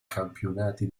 campionati